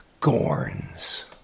Gorns